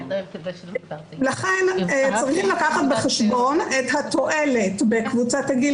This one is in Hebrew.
לכן צריכים לקחת בחשבון את התועלת בקבוצת הגיל